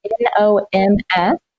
N-O-M-S